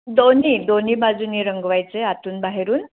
दोन्ही दोन्ही बाजूंनी रंगवायचं आहे आतून बाहेरून